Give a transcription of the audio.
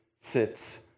sits